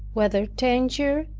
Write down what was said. whether danger,